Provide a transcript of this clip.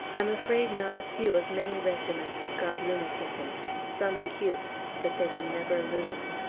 i'm afraid not a few of many regiments have got rheumatism some acute that they will never lose.